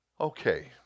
Okay